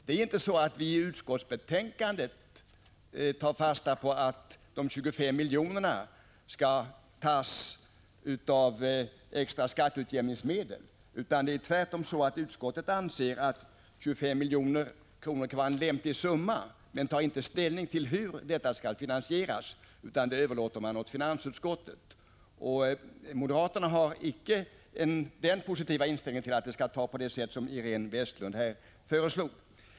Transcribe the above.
Det är inte så att vi i utskottsbetänkandet tar fasta på att de 25 miljonerna skall tas av extra skatteutjämningsmedel, utan tvärtom anser vi att 25 milj.kr. kan vara en lämplig summa men tar inte ställning till hur detta skall finansieras utan överlåter den saken till finansutskottet. Moderaterna har ingen positiv inställning till att det skall tas på det sätt som Iréne Vestlund föreslog.